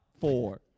Four